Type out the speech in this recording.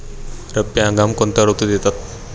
रब्बी हंगाम कोणत्या ऋतूत येतात?